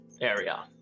area